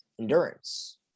endurance